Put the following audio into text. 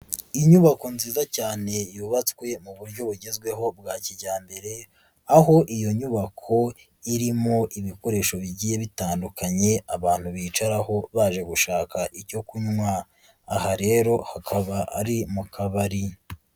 Inyubako nziza cyane yubatswe mu buryo bugezweho bwa kijyambere aho iyo nyubako irimo ibikoresho bigiye bitandukanye abantu bicaraho baje gushaka icyo kunywa, aha rero hakaba ari mu kabari.